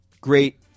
great